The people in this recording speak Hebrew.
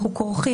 אנחנו כורכים,